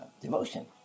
devotion